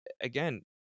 again